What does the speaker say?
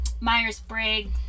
Myers-Briggs